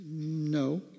no